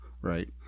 right